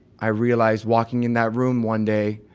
i realized walking in that room one day,